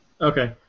Okay